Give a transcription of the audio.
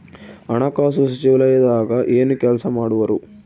ಹಣಕಾಸು ಸಚಿವಾಲಯದಾಗ ಏನು ಕೆಲಸ ಮಾಡುವರು?